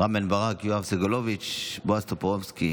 רם בן ברק, יואב סגלוביץ'; בועז טופורובסקי.